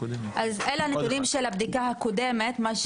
אלה הנתונים של הבדיקה הקודמת.